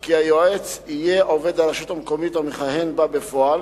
כי היועץ יהיה עובד הרשות המקומית המכהן בה בפועל,